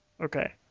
okay